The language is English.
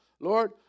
Lord